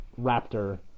Raptor